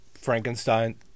Frankenstein